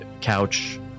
couch